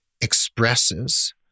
expresses